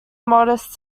modest